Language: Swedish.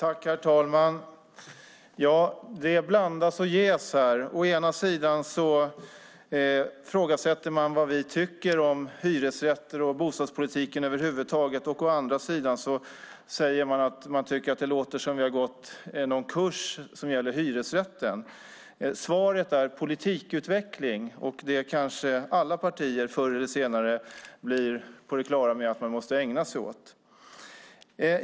Herr talman! Ja, det blandas och ges här. Å ena sidan ifrågasätter man vad vi tycker om hyresrätter och bostadspolitiken över huvud taget. Å andra sidan säger man att man tycker att det låter som att vi har gått någon kurs som gäller hyresrätten. Svaret är politikutveckling, och det kanske alla partier förr eller senare blir på det klara med att man måste ägna sig åt.